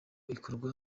ikorwa